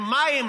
עם מים,